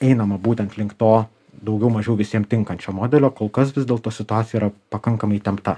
einama būtent link to daugiau mažiau visiem tinkančio modelio kol kas vis dėlto situacija yra pakankamai įtempta